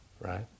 right